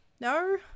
no